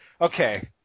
okay